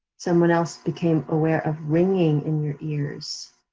someone else became aware of ringing in your ears,